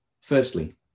Firstly